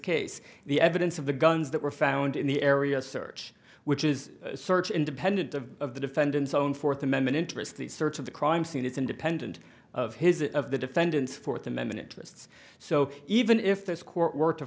case the evidence of the guns that were found in the area search which is search independent of the defendant's own fourth amendment interest the search of the crime scene it's independent of his of the defendant's fourth amendment lists so even if this court were to